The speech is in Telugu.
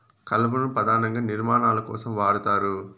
కలపను పధానంగా నిర్మాణాల కోసం వాడతారు